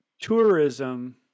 tourism